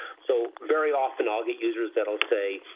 so very often i'll get users that'll say,